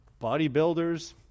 bodybuilders